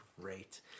great